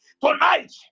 tonight